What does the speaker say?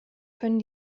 können